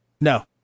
No